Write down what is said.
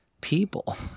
people